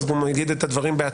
אז גם הוא יגיד את הדברים בעצמו.